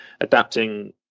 adapting